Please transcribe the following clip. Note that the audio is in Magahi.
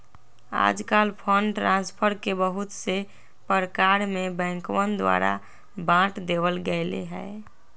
आजकल फंड ट्रांस्फर के बहुत से प्रकार में बैंकवन द्वारा बांट देवल गैले है